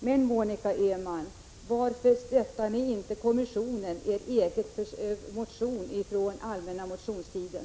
Men, Monica Öhman, varför stöder ni inte förslaget om en kommission i er egen motion från den allmänna motionstiden?